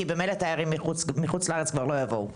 כי ממילא תיירים מחוץ לארץ כבר לא יבואו.